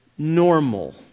normal